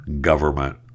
government